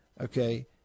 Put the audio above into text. okay